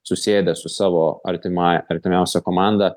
susėdęs su savo artimąja artimiausia komanda